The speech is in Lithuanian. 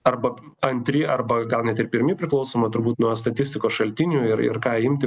arba antri arba gal net ir pirmi priklausomai turbūt nuo statistikos šaltinių ir ką imti